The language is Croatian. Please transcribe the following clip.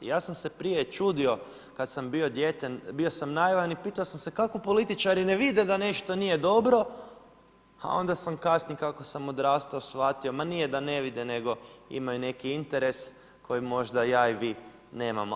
Ja sam se prije čudio, kada sam bio dijete, bio sam naivan i pitao sam se kako političari, ne vide da nešto nije dobro, a onda sam kasnije, kako sam odrastao, shvatio, ma nije da ne vide, nego imaju neki interes kojeg možda ja i vi nemamo.